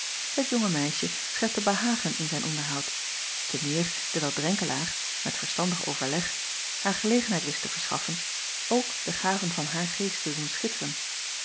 et jonge meisje schepte behagen in zijn onderhoud te meer dewijl renkelaer met verstandig overleg haar gelegenheid wist te verschaffen ook de gaven van haar geest te doen